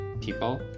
people